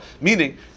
meaning